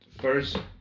first